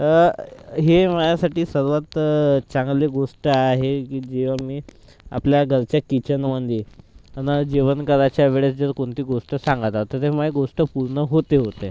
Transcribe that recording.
हे माझ्यासाठी सर्वात चांगली गोष्ट आहे की जेव्हा मी आपल्या घरच्या किचनमध्ये आणि जेवण करायच्या वेळेस जर कोणती गोष्ट सांगत आहे तर ते माझी गोष्ट पूर्ण होते होते